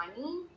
money